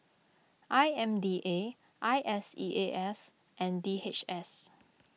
I M D A I S E A S and D H S